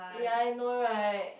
ya I know right